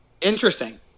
Interesting